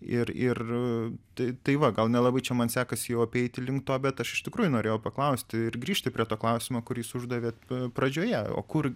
ir ir tai tai va gal nelabai čia man sekasi jau apeiti link to bet aš iš tikrųjų norėjau paklausti ir grįžti prie to klausimo kurį jūs uždavėt pradžioje o kur